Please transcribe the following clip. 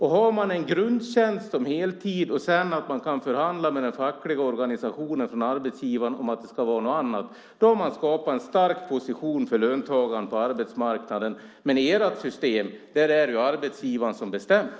Har man en grundtjänst med heltid och sedan kan förhandla mellan den fackliga organisationen och arbetsgivaren om att det ska vara någonting annat har man skapat en stark position för löntagaren på arbetsmarknaden. I ert system är det arbetsgivaren som bestämmer.